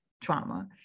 trauma